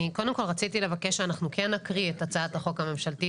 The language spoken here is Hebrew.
אני קודם כל רציתי שאנחנו כן נקריא את הצעת החוק הממשלתית,